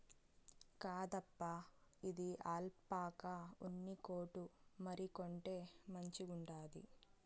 కాదప్పా, ఇది ఆల్పాకా ఉన్ని కోటు మరి, కొంటే మంచిగుండాది